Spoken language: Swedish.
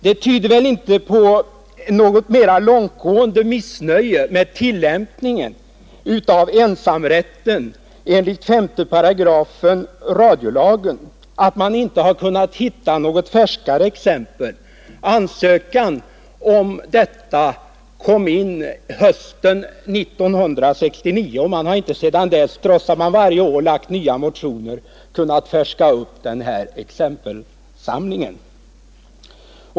Det tyder väl inte på något mera långtgående missnöje med tillämpningen av ensamrätten enligt 5 § radiolagen, att man inte har kunnat hitta något färskare exempel. Ansökan om detta kom in hösten 1969, och man har inte sedan dess, trots att man varje år lagt fram motionen, kunnat färska upp exempelsamlingen.